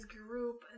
group